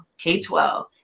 K-12